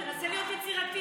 תנסה להיות יצירתי,